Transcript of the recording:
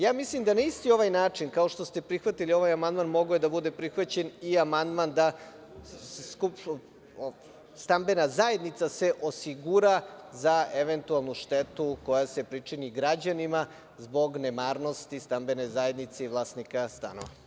Ja mislim da na isti ovaj način kao što ste prihvatili ovaj amandman, mogao je da bude prihvaćen i amandman da se stambena zajednica osigura za eventualnu štetu koja se pričini građanima zbog nemarnosti stambene zajednice i vlasnika stanova.